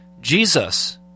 Jesus